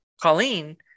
Colleen